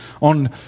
on